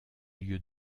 lieux